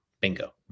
Bingo